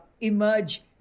emerge